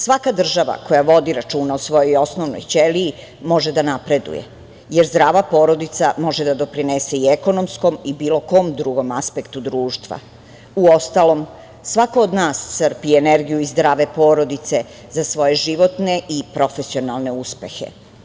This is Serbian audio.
Svaka država koja vodi računa o svojoj osnovnoj ćeliji može da napreduje, jer zdrava porodica može da doprinese i ekonomskom i bilo kom drugom aspektu društva, uostalom, svako od nas crpi energiju i zdrave porodice za svoje životne i profesionalne uspehe.